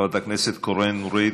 חברת הכנסת קורן נורית,